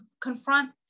confront